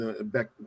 back